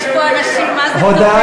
יש פה אנשים מה-זה טובים,